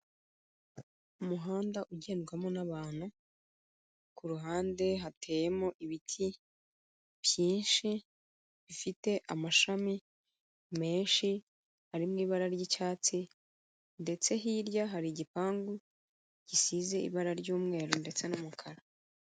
Umuhanda ugendwamo n'abantu, ku ruhande hateyemo ibiti byinshi bifite amashami menshi ari mu ibara ry'icyatsi, ndetse hirya hari igipangu gisize ibara ry'umweru ndetse n'umukara.